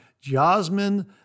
jasmine